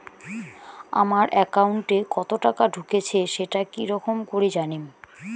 আমার একাউন্টে কতো টাকা ঢুকেছে সেটা কি রকম করি জানিম?